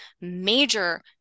major